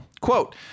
Quote